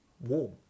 warm